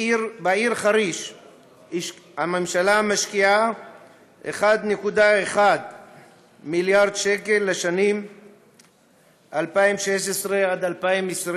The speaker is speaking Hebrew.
בעיר חריש הממשלה משקיעה 1.1 מיליארד ש"ח לשנים 2016 2020,